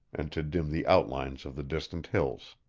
and to dim the outlines of the distant hills.